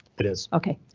it is. ok.